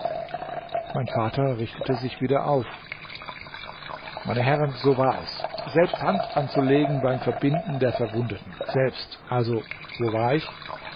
mein vater richtete sich wieder auf meine herren so war es selbst hand anzulegen beim verbinden der verwundeten selbst also wo war ich